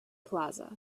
plaza